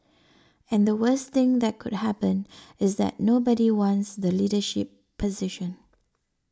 and the worst thing that could happen is that nobody wants the leadership position